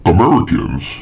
Americans